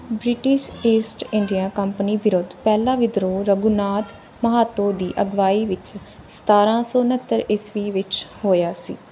British east India company ਵਿਰੁੱਧ ਪਹਿਲਾ ਵਿਦਰੋਹ ਰਘੂਨਾਥ ਮਹਾਤੋ ਦੀ ਅਗਵਾਈ ਵਿੱਚ ਸਤਾਰ੍ਹਾਂ ਸੌ ਉਣੱਤਰ ਈਸਵੀ ਵਿੱਚ ਹੋਇਆ ਸੀ